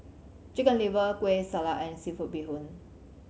Chicken Liver Kueh Salat and seafood bee hoon